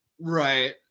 Right